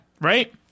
Right